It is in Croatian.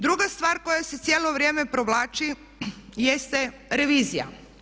Druga stvar koja se cijelo vrijeme provlači jeste revizija.